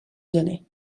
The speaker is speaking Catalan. gener